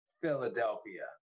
Philadelphia